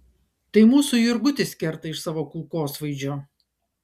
tai mūsų jurgutis kerta iš savo kulkosvaidžio